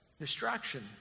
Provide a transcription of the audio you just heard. Distraction